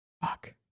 Fuck